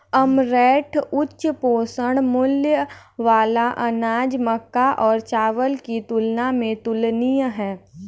amaranth उच्च पोषण मूल्य वाला अनाज मक्का और चावल की तुलना में तुलनीय है